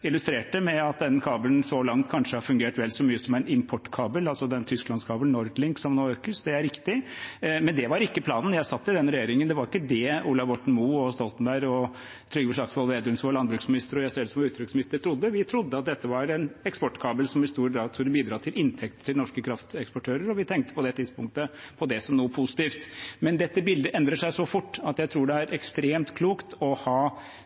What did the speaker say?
med at tysklandskabelen NordLink, som nå økes, så langt kanskje har fungert vel så mye som en importkabel. Det er riktig, men det var ikke planen. Jeg satt i den regjeringen, og det var ikke det Ola Borten Moe, Jens Stoltenberg og Trygve Slagsvold Vedum, som var landbruksminister, og jeg selv, som var utenriksminister, trodde. Vi trodde at dette var en eksportkabel som i stor grad skulle bidra til inntekter til norske krafteksportører, og vi tenkte på det tidspunktet på det som noe positivt. Men dette bildet endrer seg så fort at jeg tror det er ekstremt klokt å ha